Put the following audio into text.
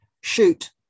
shoot